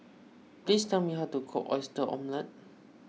please tell me how to cook Oyster Omelette